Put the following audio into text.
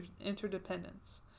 interdependence